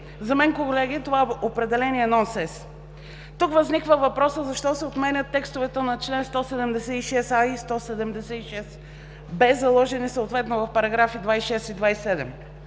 За мен, колеги, това определение е нонсенс. Тук възниква въпросът: защо се отменят текстовете на чл. 176а и 176б, заложени съответно в § 26 и §